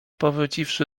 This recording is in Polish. powróciwszy